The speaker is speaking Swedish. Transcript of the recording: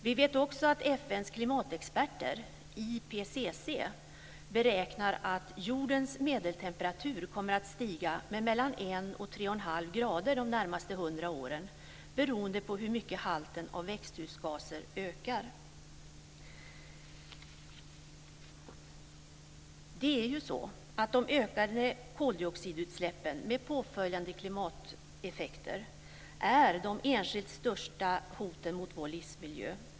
Vi vet också att FN:s klimatexperter, IPCC, beräknar att jordens medeltemperatur kommer att stiga med mellan 1 och 3 1⁄2 grader de närmaste hundra åren beroende på hur mycket halten av växthusgaser ökar.